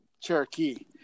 Cherokee